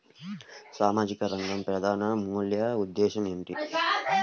సామాజిక రంగ పథకాల ముఖ్య ఉద్దేశం ఏమిటీ?